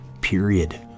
period